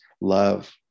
love